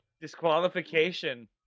Disqualification